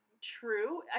true